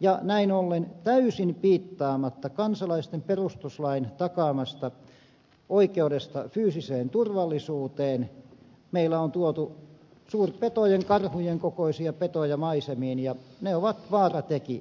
ja näin ollen täysin piittaamatta kansalaisten perustuslain takaamasta oikeudesta fyysiseen turvallisuuteen meille on tuotu suurpetojen karhujen kokoisia petoja maisemiin ja ne ovat vaaratekijä